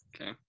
Okay